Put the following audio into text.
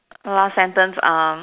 last sentence uh